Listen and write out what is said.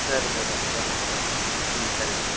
சரி மேடம் சரி மேடம் ம் சரி மேடம்